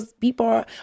people